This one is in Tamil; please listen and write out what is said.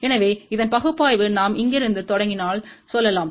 எனவே இதன் பகுப்பாய்வு நாம் இங்கிருந்து தொடங்கினால் சொல்லலாம்